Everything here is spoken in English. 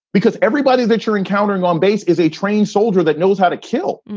because everybody that you're encountering on base is a trained soldier that knows how to kill.